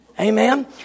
Amen